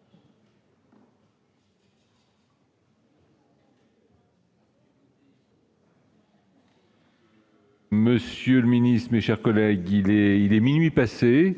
tel qu'il est. Mes chers collègues, il est minuit passé.